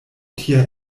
tia